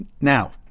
Now